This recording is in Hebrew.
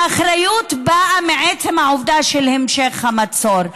האחריות באה מעצם העובדה של המשך המצור.